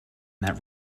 that